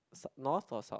sou~ north or south